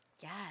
Yes